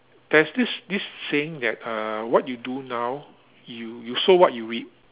there's this this saying that uh what you do now you you sow what you reap